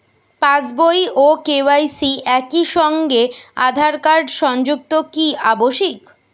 পাশ বই ও কে.ওয়াই.সি একই সঙ্গে আঁধার কার্ড সংযুক্ত কি আবশিক?